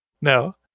no